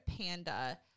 Panda